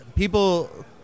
People